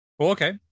Okay